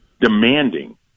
demanding